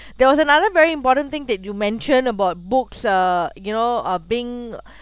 there was another very important thing that you mentioned about books uh you know uh being